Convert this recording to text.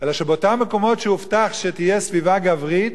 אלא שבאותם מקומות שהובטח שתהיה סביבה גברית